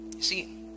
see